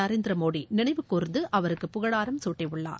நரேந்திரமோடி நினைவுகூர்ந்து அவருக்கு புகழாராம் சூட்டியுள்ளார்